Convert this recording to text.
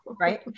right